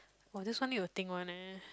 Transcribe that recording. oh this one need to think one eh